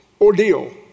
Ordeal